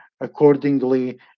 accordingly